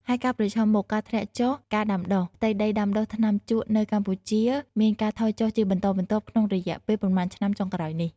ហើយការប្រឈមមុខ ការធ្លាក់ចុះការដាំដុះ ផ្ទៃដីដាំដុះថ្នាំជក់នៅកម្ពុជាមានការថយចុះជាបន្តបន្ទាប់ក្នុងរយៈពេលប៉ុន្មានឆ្នាំចុងក្រោយនេះ។